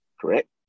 correct